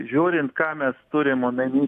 žiūrint ką mes turim omeny